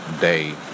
day